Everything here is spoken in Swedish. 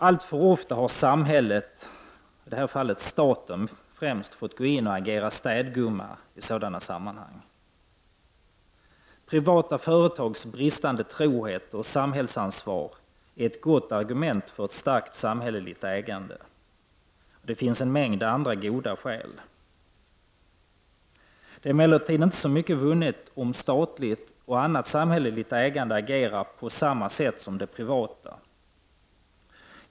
Alltför ofta har samhället, staten, fått gå in och agera städgumma i sådana sammanhang. Privata företags bristande trohet och samhällsansvar är ett gott argument för ett starkt samhälleligt ägande. Det finns också en mängd andra goda skäl härför. Det är emellertid inte så mycket vunnet om statligt och annat samhälleligt ägande agerar på samma sätt som det privata företagandet.